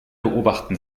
beobachten